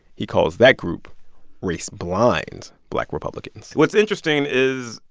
he calls that group race-blind black republicans what's interesting is,